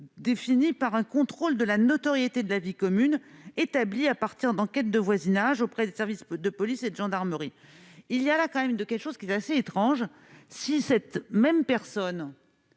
défini par un contrôle de la notoriété de la vie commune établie à partir d'enquêtes de voisinage auprès des services de police et de gendarmerie, il y a là quand même, de quelque chose qui est assez étrange, si cette même personne